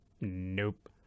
nope